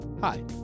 Hi